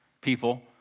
people